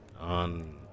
on